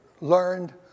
learned